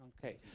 Okay